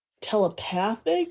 telepathic